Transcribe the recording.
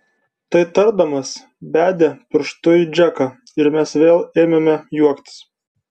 tai tardamas bedė pirštu į džeką ir mes vėl ėmėme juoktis